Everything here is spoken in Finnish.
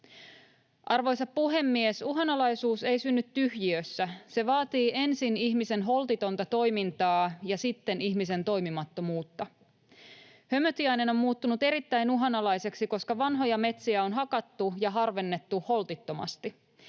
Arvoisa puhemies! Uhanalaisuus ei synny tyhjiössä. Se vaatii ensin ihmisen holtitonta toimintaa ja sitten ihmisen toimimattomuutta. Hömötiainen on muuttunut erittäin uhanalaiseksi, koska vanhoja metsiä on hakattu ja harvennettu holtittomasti.